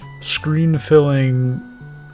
screen-filling